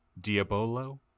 Diabolo